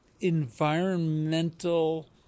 environmental